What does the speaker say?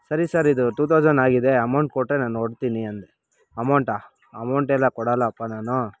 ಸರಿ ಸರ್ ಇದು two thousand ಆಗಿದೆ ಅಮೌಂಟ್ ಕೊಟ್ಟರೆ ನಾನು ಹೊರಡ್ತೀನಿ ಅಂದೆ ಅಮೌಂಟಾ ಅಮೌಂಟ್ ಎಲ್ಲ ಕೊಡಲ್ಲಪ್ಪ ನಾನು